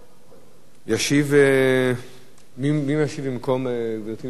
מי משיב במקום, אני.